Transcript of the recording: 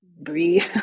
breathe